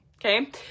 okay